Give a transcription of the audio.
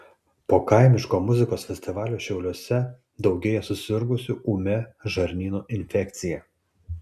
po kaimiško muzikos festivalio šiauliuose daugėja susirgusių ūmia žarnyno infekcija